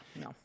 no